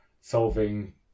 solving